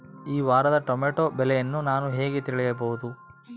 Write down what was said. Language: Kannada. ಈ ವಾರದ ಟೊಮೆಟೊ ಬೆಲೆಯನ್ನು ನಾನು ಹೇಗೆ ತಿಳಿಯಬಹುದು?